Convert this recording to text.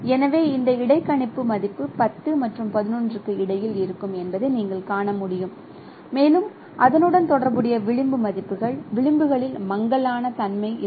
எனவே இந்த இடைக்கணிப்பு மதிப்பு I0 மற்றும் I1 க்கு இடையில் இருக்கும் என்பதை நீங்கள் காண முடியும் மேலும் அதனுடன் தொடர்புடைய விளிம்பு மதிப்புகள் விளிம்புகளில் மங்கலான தன்மை இருக்கும்